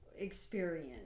experience